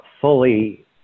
fully